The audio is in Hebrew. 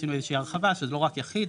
איזושהי הרחבה שזה לא רק יחיד,